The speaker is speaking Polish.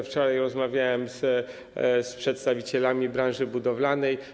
Wczoraj rozmawiałem z przedstawicielami branży budowlanej.